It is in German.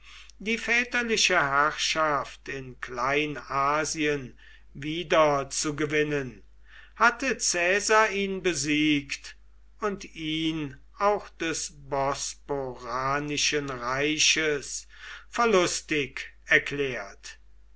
die väterliche herrschaft in kleinasien wieder zu gewinnen hatte caesar ihn besiegt und ihn auch des bosporanischen reiches verlustig erklärt